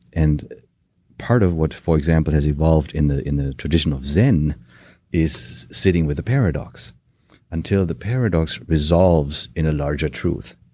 and part of what, for example, has evolved in the in the tradition of zen is sitting with a paradox until the paradox resolves in a larger truth.